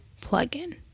plug-in